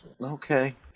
Okay